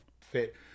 fit